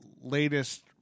latest